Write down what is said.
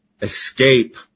escape